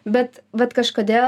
bet vat kažkodėl